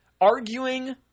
Arguing